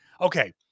okay